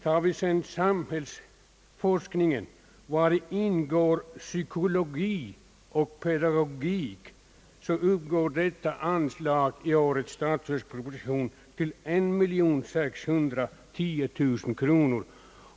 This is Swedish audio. Tar vi sedan sambhällsforskning, vari ingår psykologi och pedagogik, så uppgår detta anslag i årets statsverksproposition till 1610 000 kronor.